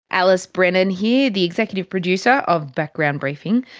alice brennan here, the executive producer of background briefing.